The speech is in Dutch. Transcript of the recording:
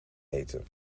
eten